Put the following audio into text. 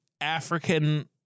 African